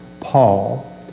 Paul